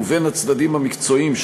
ובין הצדדים המקצועיים,